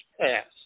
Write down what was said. passed